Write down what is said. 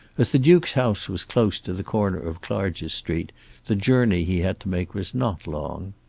as the duke's house was close to the corner of clarges street the journey he had to make was not long.